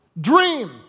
dream